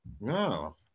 no